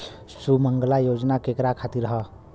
सुमँगला योजना केकरा खातिर ह?